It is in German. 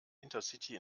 intercity